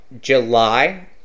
July